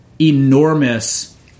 enormous